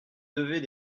devez